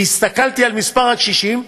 והסתכלתי על מספר הקשישים,